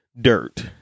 dirt